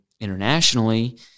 Internationally